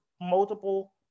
multiple